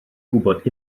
gwybod